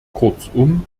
kurzum